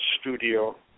studio